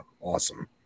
Awesome